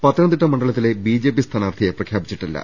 പത്തനംതിട്ട മണ്ഡലത്തിലെ ബിജെപി സ്ഥാനാർത്ഥിയെ പ്രഖ്യാ പിച്ചിട്ടില്ല